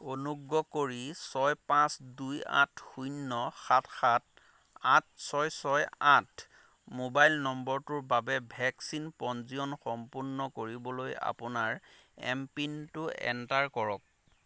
অনুগ্ৰহ কৰি ছয় পাঁচ দুই আঠ শূন্য সাত সাত আঠ ছয় ছয় আঠ মোবাইল নম্বৰটোৰ বাবে ভেকচিনৰ পঞ্জীয়ন সম্পূৰ্ণ কৰিবলৈ আপোনাৰ এম পিনটো এণ্টাৰ কৰক